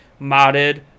modded